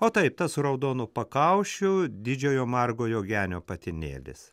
o taip tas su raudonu pakaušiu didžiojo margojo genio patinėlis